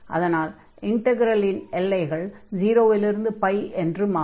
அதனால் இன்டக்ரலின் எல்லைகள் 0 இல் இருந்து என்று மாறும்